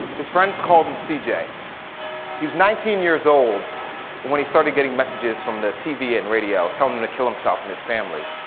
his friends called him cj, he's he's nineteen years old when he started getting messages from the tv and radio telling him to kill himself and his family.